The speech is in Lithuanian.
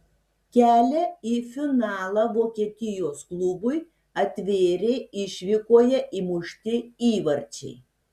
kelią į finalą vokietijos klubui atvėrė išvykoje įmušti įvarčiai